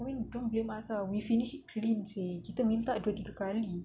I mean don't blame us ah we finished it clean seh kita minta dua tiga kali